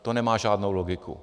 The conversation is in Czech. To nemá žádnou logiku.